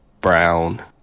brown